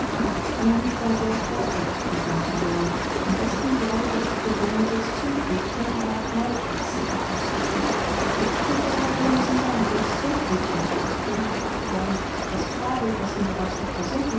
dynamit sei sehr schwer zur explosion zu bringen am besten werde die explosion mittels zündhütchen oder knallquecksilber ausgeführt die explosion bei willemsen sei mittels zündhütchen zur ausführung gebracht worden das blei dessen bereits